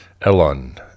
Elon